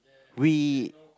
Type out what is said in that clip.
we